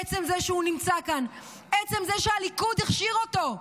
עצם זה שהוא נמצא כאן, עצם זה שהליכוד הכשיר אותו,